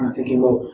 thinking, well,